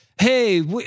Hey